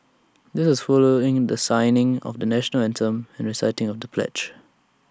this was followed in the singing of the National Anthem and reciting of the pledge